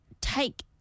take